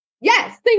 Yes